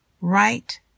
right